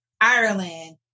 Ireland